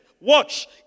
Watch